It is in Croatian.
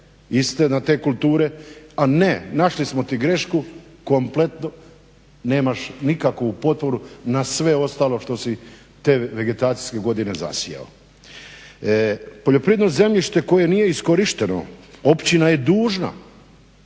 iste na te kulture, a ne našli smo ti grešku kompletno nemaš nikakvu potporu na sve ostalo što si te vegetacijske godine zasijao. Poljoprivredno zemljište koje nije iskorišteno općina je dužna,